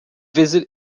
visit